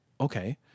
okay